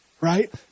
right